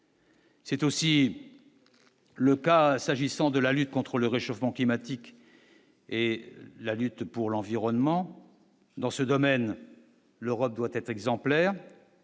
C'est aussi le cas s'agissant de la lutte contre le réchauffement climatique. Et la lutte pour l'environnement dans ce domaine, l'Europe doit être exemplaire.